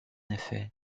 effet